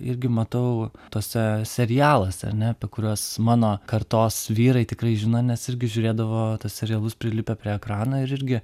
irgi matau tuose serialuose ar ne apie kuriuos mano kartos vyrai tikrai žino nes irgi žiūrėdavo tuos serialus prilipę prie ekrano ir irgi